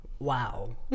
Wow